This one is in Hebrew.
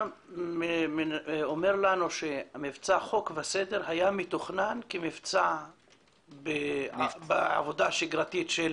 אתה אומר לנו שמבצע "חוק וסדר" היה מתוכנן כמבצע בעבודה השגרתית של